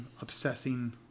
obsessing